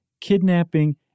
kidnapping